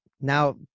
now